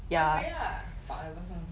point 回啦 fuck that person